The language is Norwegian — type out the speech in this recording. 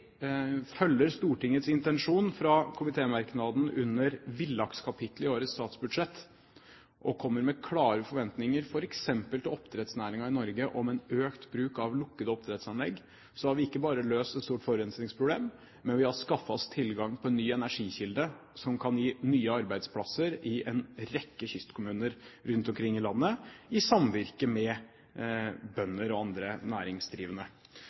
følger Stortingets intensjon fra komitémerknaden under villakskapitlet i årets statsbudsjett, og kommer med klare forventninger f.eks. til oppdrettsnæringen i Norge om en økt bruk av lukkede oppdrettsanlegg, har vi ikke bare løst et stort forurensningsproblem, men vi har skaffet oss tilgang til en ny energikilde, som kan gi nye arbeidsplasser i en rekke kystkommuner rundt omkring i landet, i samvirke med bønder og andre næringsdrivende.